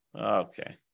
Okay